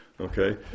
okay